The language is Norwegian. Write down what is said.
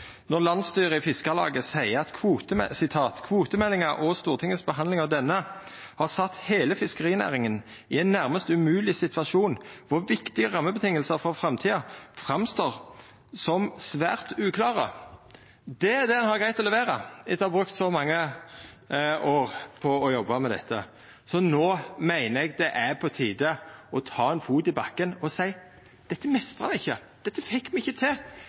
når landsstyret i Fiskarlaget seier at «kvotemeldingen og Stortingets behandling av denne, har satt hele fiskerinæringen i en nærmest umulig situasjon hvor viktige rammebetingelser for framtida framstår som svært uavklarte». Det er det ein har greidd å levera etter å ha brukt så mange år på å jobba med dette. No meiner eg det er på tide å ta ein fot i bakken og seia: Dette meistra me ikkje, dette fekk me ikkje til,